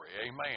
amen